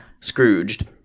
Scrooged